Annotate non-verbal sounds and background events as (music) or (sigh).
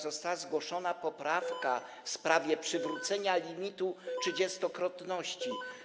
Została zgłoszona poprawka (noise) w sprawie przywrócenia limitu trzydziestokrotności.